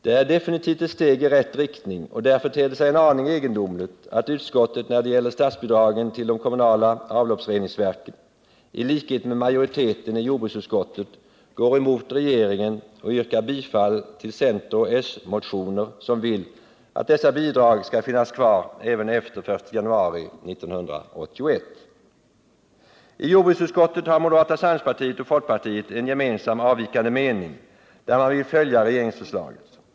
Det är definitivt ett steg i rätt riktning, och därför ter det sig en aning egendomligt att utskottet när det gäller statsbidragen till de kommunala avloppsreningsverken i likhet med majoriteten i jordbruksutskottet går mot regeringen och yrkar bifall till coch s-motioner, som vill att dessa bidrag skall finnas kvar även efter 1 januari 1981. I jordbruksutskottet har moderata samlingspartiet och folkpartiet en gemensam avvikande mening, där man vill följa regeringsförslaget.